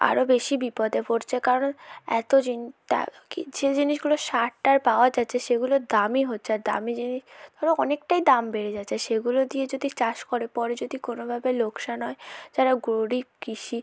আরও বেশি বিপদে পড়ছে কারণ এতো চিন্তা কী যে জিনিসগুলো সারটার পাওয়া যাচ্ছে সেগুলোর দামই হচ্ছে আর দামি জিনিস ধরো অনেকটাই দাম বেড়ে যাচ্ছে সেগুলো দিয়ে যদি চাষ করে পরে যদি কোনোভাবে লোকসান হয় যারা গরিব কৃষি